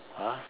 !huh!